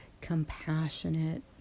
compassionate